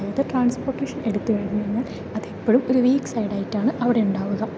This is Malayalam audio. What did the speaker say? അതായത് ട്രാൻസ്പോർട്ടേഷൻ എടുത്തു കഴിഞ്ഞ് കഴിഞ്ഞാൽ അതെപ്പോഴും ഒരു വീക്ക് സൈഡ് ആയിട്ടാണ് അവിടെ ഉണ്ടാവുക